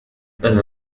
أنا